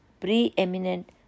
preeminent